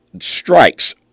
strikes